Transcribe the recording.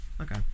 Okay